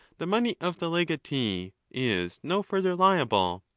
the money of the legatee is no further liable.